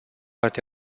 alte